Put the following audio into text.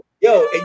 Yo